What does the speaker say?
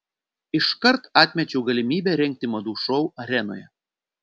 iškart atmečiau galimybę rengti madų šou arenoje